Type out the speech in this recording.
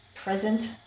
present